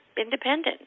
independent